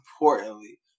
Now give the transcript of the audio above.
importantly